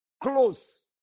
Close